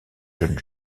jeunes